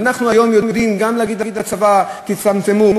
אנחנו היום יודעים גם להגיד לצבא: תצטמצמו,